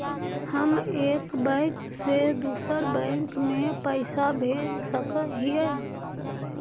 हम एक बैंक से दुसर बैंक में पैसा भेज सक हिय?